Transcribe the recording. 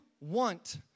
want